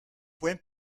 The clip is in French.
points